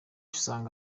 usanga